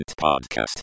podcast